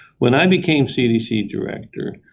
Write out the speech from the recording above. when i became cdc director,